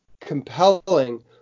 compelling